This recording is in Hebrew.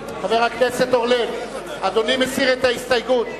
חבר הכנסת אורלב, אדוני מסיר את ההסתייגות?